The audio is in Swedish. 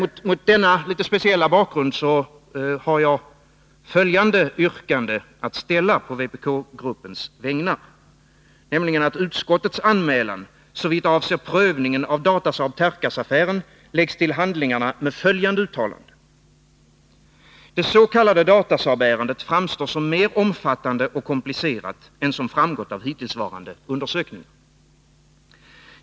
Mot denna litet speciella bakgrund har jag följande yrkande att framställa på vpk-gruppens vägnar: att utskottets anmälan såvitt avser prövningen av Datasaab-Tercasaffären läggs till handlingarna med följande uttalande: Dets.k. Datasaab-ärendet framstår som mer omfattande och komplicerat än som framgått av hittillsvarande undersökningar.